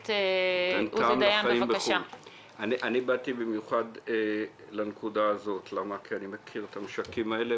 אני באתי במיוחד לנקודה הזאת כי אני מכיר את המשקים האלה,